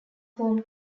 home